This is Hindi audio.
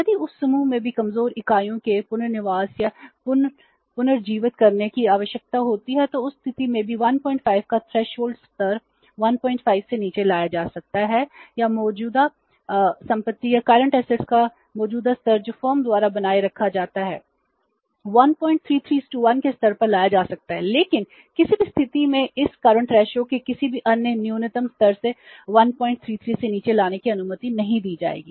यदि उस समूह में भी कमजोर इकाइयों के पुनर्वास या पुनर्जीवित करने की आवश्यकता होती है तो उस स्थिति में भी 150 का थ्रेशोल्ड के किसी भी अन्य न्यूनतम स्तर से 133 से नीचे लाने की अनुमति नहीं दी जाएगी